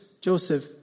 Joseph